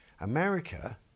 America